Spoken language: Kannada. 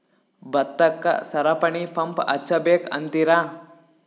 ಭತ್ತಕ್ಕ ಸರಪಣಿ ಪಂಪ್ ಹಚ್ಚಬೇಕ್ ಅಂತಿರಾ?